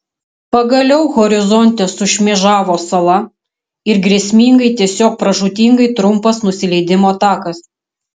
pagaliau horizonte sušmėžavo sala ir grėsmingai tiesiog pražūtingai trumpas nusileidimo takas